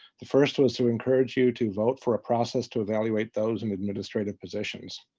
the first was to encourage you to vote for a process to evaluate those in administrative positions.